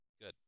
Good